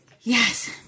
Yes